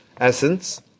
essence